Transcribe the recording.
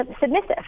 submissive